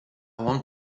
want